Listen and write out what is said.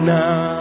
now